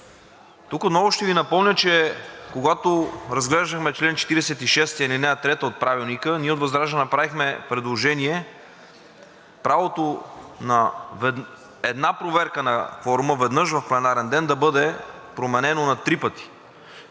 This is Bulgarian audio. Тук отново ще Ви напомня, че когато разглеждахме чл. 46, ал. 3 от Правилника, ние от ВЪЗРАЖДАНЕ направихме предложение правото на една проверка на кворума веднъж в пленарен ден да бъде променено на три пъти.